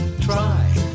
try